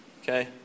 Okay